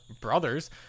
brothers